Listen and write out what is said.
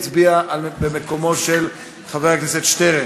תועבר לוועדת העבודה והרווחה להכנה לקריאה שנייה ושלישית.